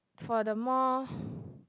for the more